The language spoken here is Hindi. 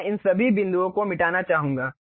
मैं इन सभी बिंदुओं को मिटाना चाहूंगा